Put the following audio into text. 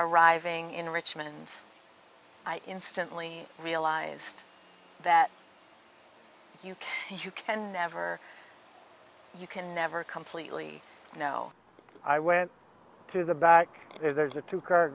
arriving in richmond i instantly realized that you can you can never you can never completely now i went to the back there's a two car